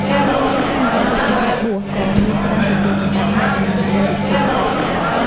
ការរាយនាមហាងដែលលក់អាហារបួសក៏មានច្រើនជម្រើសសម្រាប់អ្នកដែលមិនបរិភោគសាច់ផងដែរ។